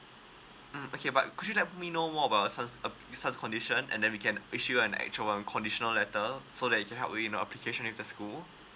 um okay but could you let me know more about your son's uh son's condition and then we can issue you an actual a conditional letter so that it can help you in your application with the school